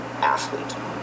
athlete